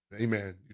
Amen